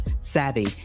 savvy